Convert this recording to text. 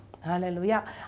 Hallelujah